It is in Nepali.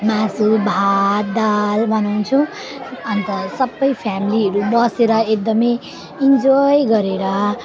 मासु भात दाल बनाउँछु अनि त सबै फ्यामेलीहरू बसेर एकदमै इन्जोय गरेर